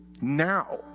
now